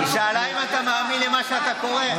היא שאלה אם אתה מאמין למה שאתה קורא.